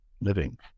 living